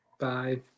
Bye